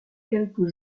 quelques